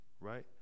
Right